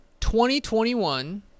2021